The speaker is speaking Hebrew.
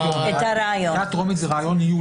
קריאה טרומית זה רעיון ---,